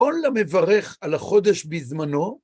כל המברך על החודש בזמנו